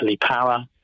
power